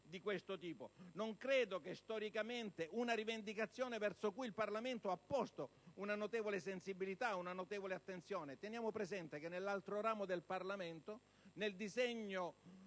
di questo tipo? Non credo, però su questa rivendicazione il Parlamento ha posto notevole sensibilità e notevole attenzione. Teniamo presente che nell'altro ramo del Parlamento nel disegno